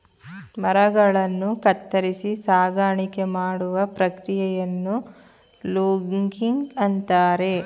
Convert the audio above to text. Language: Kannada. ಮರಗಳನ್ನು ಕತ್ತರಿಸಿ ಸಾಗಾಣಿಕೆ ಮಾಡುವ ಪ್ರಕ್ರಿಯೆಯನ್ನು ಲೂಗಿಂಗ್ ಅಂತರೆ